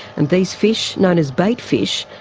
and these fish, known as bait fish,